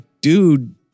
dude